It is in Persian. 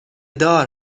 دار